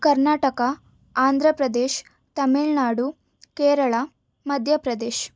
Karnataka Andhra Pradesh Tamil Nadu Kerala Madhya Pradesh